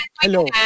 Hello